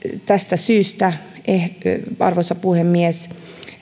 tästä syystä arvoisa puhemies